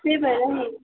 त्यही भएर पनि